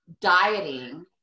dieting